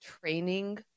training